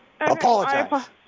Apologize